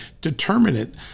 determinant